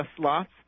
slots